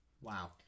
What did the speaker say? Wow